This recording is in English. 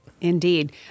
Indeed